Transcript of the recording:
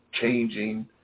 changing